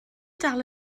dal